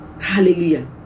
Hallelujah